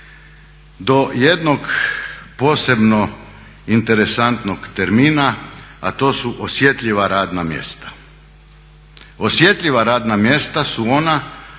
do jednog posebno interesantnog termina, a to su osjetljiva radna mjesta. Osjetljiva radna mjesta su ona